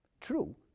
True